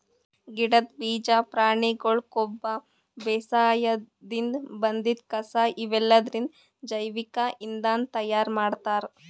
ಗಿಡದ್ ಬೀಜಾ ಪ್ರಾಣಿಗೊಳ್ ಕೊಬ್ಬ ಬೇಸಾಯದಿನ್ದ್ ಬಂದಿದ್ ಕಸಾ ಇವೆಲ್ಲದ್ರಿಂದ್ ಜೈವಿಕ್ ಇಂಧನ್ ತಯಾರ್ ಮಾಡ್ತಾರ್